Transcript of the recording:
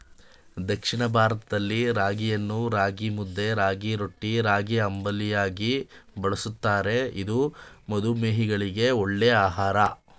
ದಕ್ಷಿಣ ಭಾರತದಲ್ಲಿ ರಾಗಿಯನ್ನು ರಾಗಿಮುದ್ದೆ, ರಾಗಿರೊಟ್ಟಿ, ರಾಗಿಅಂಬಲಿಯಾಗಿ ಬಳ್ಸತ್ತರೆ ಇದು ಮಧುಮೇಹಿಗಳಿಗೆ ಒಳ್ಳೆ ಆಹಾರ